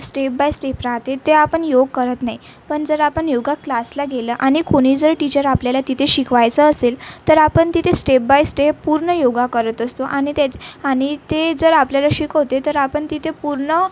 step by step राहते ते आपण योग करत नाही पण जर आपण योग क्लासला गेलं आणि कोणी जर टीचर आपल्याला तिथे शिकवायचं असेल तर आपण तिथे स्टेप बाय स्टेप पूर्ण योग करत असतो आणि त्याचं आणि ते जर आपल्याला शिकवते तर आपण तिथे पूर्ण